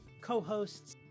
co-hosts